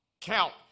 Count